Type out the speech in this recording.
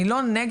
אני לא נגד,